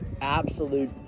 Absolute